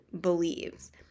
believes